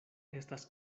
estas